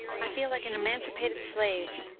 i feel like an emancipated slave.